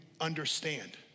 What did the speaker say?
understand